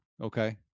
Okay